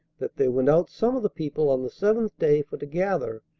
that there went out some of the people on the seventh day for to gather,